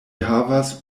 havas